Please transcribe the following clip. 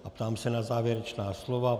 Ptám se na závěrečná slova.